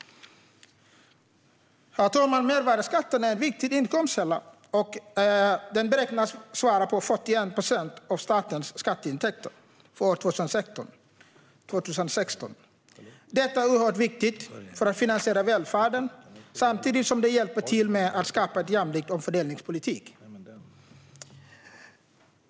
Herr talman! Mervärdesskatten är en viktig inkomstkälla - den beräknas ha svarat för 41 procent av statens skatteintäkter år 2016. Den är oerhört viktig för att finansiera välfärden, samtidigt som den hjälper till att skapa en jämlik omfördelningspolitik.